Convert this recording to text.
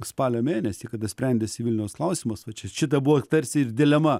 spalio mėnesį kada sprendėsi vilniaus klausimas o čia šita buvo tarsi ir dilema